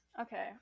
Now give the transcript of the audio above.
Okay